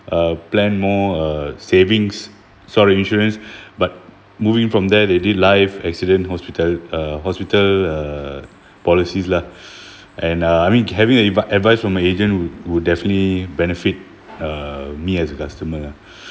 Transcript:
uh plan more uh savings sort of insurance but moving from there they did life accident hospital uh hospital uh policies lah and uh I mean having a advi~ advice from a agent would would definitely benefit uh me as a customer lah